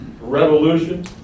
revolution